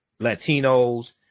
latinos